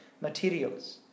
materials